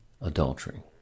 adultery